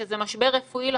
שזה משבר רפואי לחלוטין,